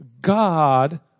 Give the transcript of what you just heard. God